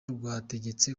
rwategetse